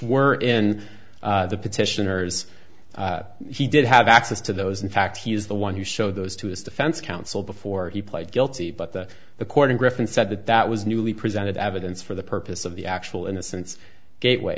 were in the petitioners he did have access to those in fact he is the one who showed those to his defense counsel before he pled guilty but the the court in griffin said that that was newly presented evidence for the purpose of the actual innocence gateway